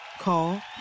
Call